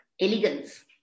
elegance